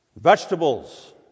vegetables